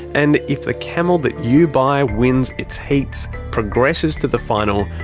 and if the camel that you buy wins its heats, progresses to the final,